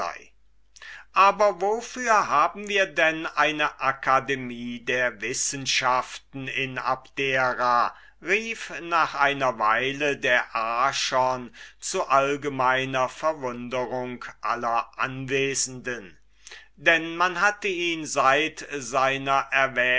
aber wofür haben wir denn eine akademie der wissenschaften in abdera rief nach einer weile der archon zu allgemeiner verwunderung aller anwesenden denn man hatte ihn seit seiner